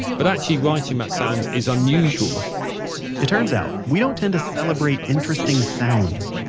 but actually writing about sounds is unusual it turns out, we don't tend to celebrate interesting sounds.